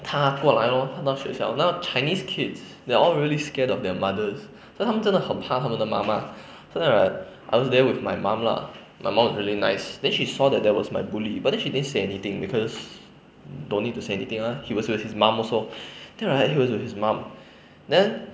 他过来 lor 他到学校然后 chinese kids they all really scared of their mothers then 他们真的很怕他们的妈妈 so then right I was there with my mom lah my mom was really nice then she saw the that was my bully but then she didn't say anything because don't need to say anything ah he was with his mom also then right he was with his mom then